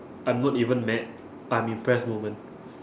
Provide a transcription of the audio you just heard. I'm not even mad but I'm impressed moment